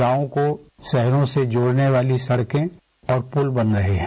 गांवों को शहरों से जोड़ने वाली सड़के और बुल बन रहे हैं